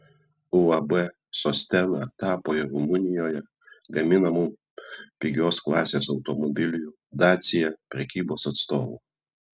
uab sostena tapo ir rumunijoje gaminamų pigios klasės automobilių dacia prekybos atstovu